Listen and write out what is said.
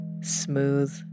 Smooth